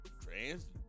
trans